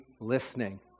listening